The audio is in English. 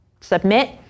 submit